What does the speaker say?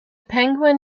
penguin